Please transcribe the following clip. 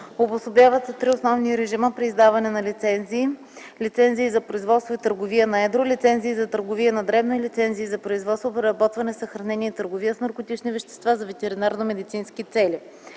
обособяват се три основни режима при издаване на лицензии: лицензии за производство и търговия на едро, лицензии за търговия на дребно и лицензии за производство, преработване, съхранение и търговия с наркотични вещества за ветеринарномедицински цели;